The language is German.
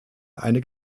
eine